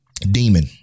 Demon